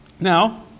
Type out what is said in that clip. Now